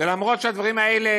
ואף שהדברים האלה